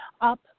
up